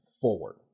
forward